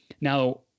Now